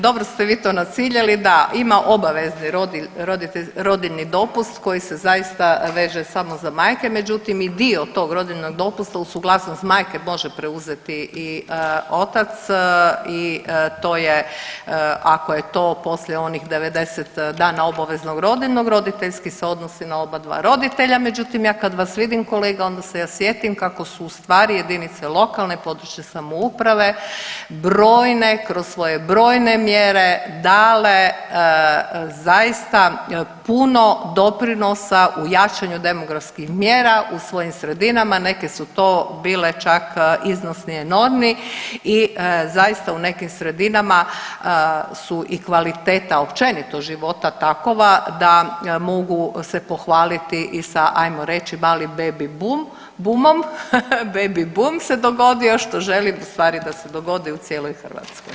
Dobro ste vi to naciljali, da ima obavezni rodiljni dopust koji se zaista veže samo za majke, međutim i dio tog rodiljnog dopusta uz suglasnost majke može preuzeti i otac i to je, ako je to poslije onih 90 dana obaveznog rodiljnog roditeljski se odnosi na obadva roditelja, međutim ja kad vas vidim kolega onda se ja sjetim kako su ustvari jedinice lokalne i područne samouprave brojne, kroz svoje brojne mjere dale zaista puno doprinosa u jačanju demografskih mjera u svojim sredinama, neke su to bile čak iznosi enormni i zaista u nekim sredinama su i kvaliteta općenito života takova da mogu se pohvaliti i sa ajmo reći i sa malim baby boom, boomom, ha ha baby boom se dogodio što želim ustvari da dogodi u cijeloj Hrvatskoj.